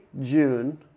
June